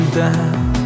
down